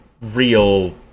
real